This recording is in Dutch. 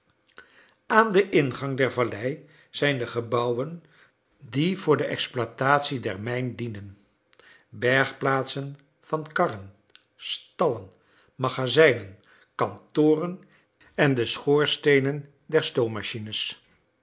aan den ingang der vallei zijn de gebouwen die voor de exploitatie der mijn dienen bergplaatsen van karren stallen magazijnen kantoren en de schoorsteenen der